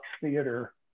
Theater